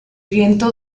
viento